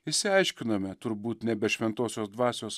išsiaiškinome turbūt ne be šventosios dvasios